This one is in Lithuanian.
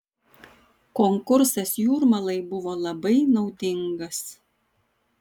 konkursas jūrmalai buvo labai naudingas